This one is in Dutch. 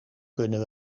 kunnen